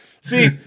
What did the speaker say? See